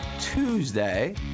Tuesday